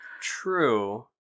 True